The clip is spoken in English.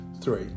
three